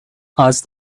asked